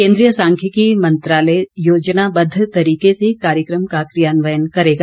केन्द्रीय सांख्यिकी मंत्रालय योजनाबद्व तरीके से कार्यक्रम का क्रियान्वयन करेगा